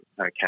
okay